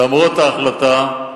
למרות ההחלטה,